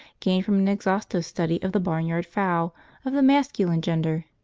gained from an exhaustive study of the barnyard fowl of the masculine gender.